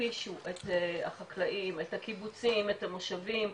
שהכפישו את החקלאים, את הקיבוצים, את התושבים.